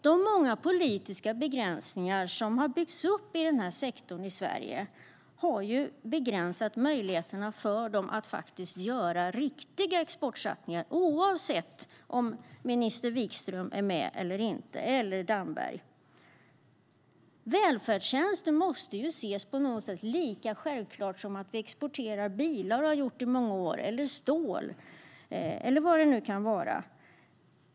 De många politiska begränsningar som har byggts upp i denna sektor i Sverige har begränsat möjligheterna för dem att göra riktiga exportsatsningar, oavsett om minister Wikström eller Damberg är med eller inte. Välfärdstjänster måste på något sätt ses som lika självklart som att vi exporterar bilar, och har gjort i många år, eller stål eller vad det nu kan vara.